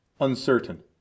uncertain